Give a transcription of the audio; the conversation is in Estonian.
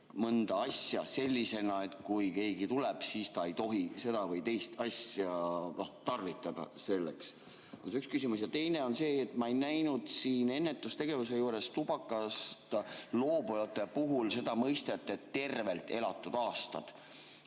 mõnda asja sellisena, et kui keegi [siia] tuleb, siis ta ei tohi seda või teist asja tarvitada selleks. See oleks üks küsimus. Teine on see, et ma ei näinud ennetustegevuse juures tubakast loobujate puhul mõistet "tervelt elatud aastad".